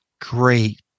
great